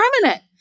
permanent